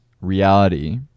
reality